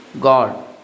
God